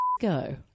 go